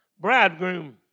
bridegroom